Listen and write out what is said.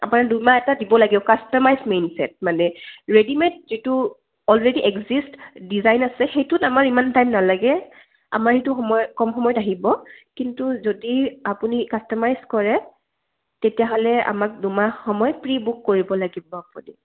আপোনাৰ দুমাহ এটা দিব লাগিব কাষ্টমাইজ মেইন ছেট মানে ৰেডিমেড যিটো অলৰেডি এক্জিষ্ট ডিজাইন আছে সেইটোত আমাৰ ইমান টাইম নালাগে আমাৰ সেইটো সময় কম সময়ত আহিব কিন্তু যদি আপুনি কাষ্টমাইজ কৰে তেতিয়াহ'লে আমাক দুমাহ সময় প্ৰি বুক কৰিব লাগিব আপুনি